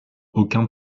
aucun